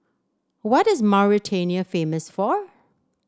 what is Mauritania famous for